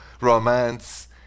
romance